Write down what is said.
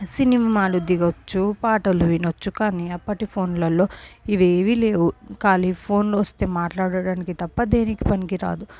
సినిమాలు దిగొచ్చు పాటలు వినొచ్చు కానీ అప్పటి ఫోన్లల్లో ఇవి ఏమీ లేవు కానీ ఫోన్లు వస్తే తప్ప మాట్లాడటానికి తప్ప దేనికి పనికిరాదు